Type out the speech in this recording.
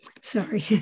sorry